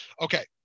Okay